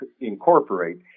incorporate